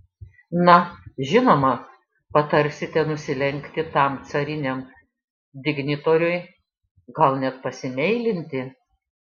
na žinoma patarsite nusilenkti tam cariniam dignitoriui gal net pasimeilinti